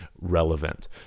relevant